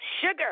sugar